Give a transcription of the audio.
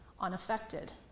unaffected